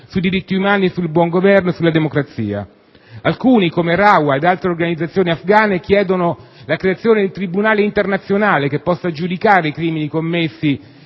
sui diritti umani, sul buongoverno e sulla democrazia. Alcuni, come RAWA ed altre organizzazioni afghane, chiedono la creazione di un tribunale internazionale che possa giudicare i crimini commessi